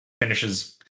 finishes